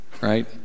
Right